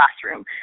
classroom